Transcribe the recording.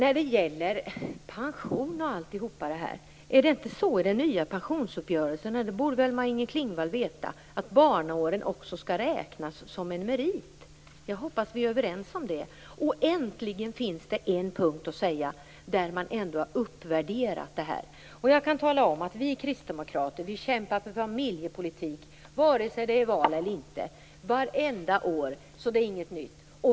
Är det inte så enligt den nya pensionsuppgörelsen - det borde väl Maj-Inger Klingvall veta - att barnledighetsåren också skall räknas som en merit? Jag hoppas att vi är överens om det. Äntligen finns det en punkt där man kan säga att detta arbete har uppvärderats. Jag kan tala om att vi kristdemokrater kämpar för familjepolitik varenda år, vare sig det är val eller inte, så det är inget nytt.